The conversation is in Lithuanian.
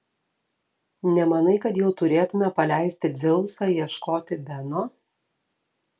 nemanai kad jau turėtumėme paleisti dzeusą ieškoti beno